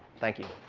thank you.